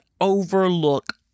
overlook